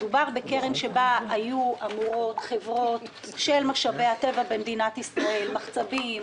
מדובר בקרן שבה היו אמורות חברות של משאבי הטבע במדינת ישראל מחצבים,